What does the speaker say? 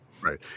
Right